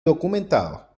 documentado